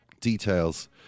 details